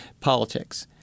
politics